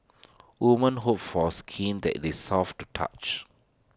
women hope for skin that is soft to touch